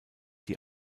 die